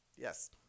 Yes